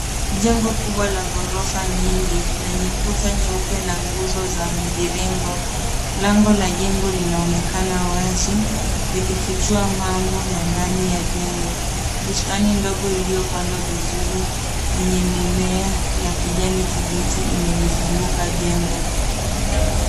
Jengo kubwa la ghorofa nyingi lenye kuta nyeupe na nguzo za mviringo. Lango la jengo linaonekana wazi likifuchua mambo ya ndani ya jengo. Bustani ndogo iliyopandwa vizuri yenye mimea ya kijani kibichi imelizunguka jengo.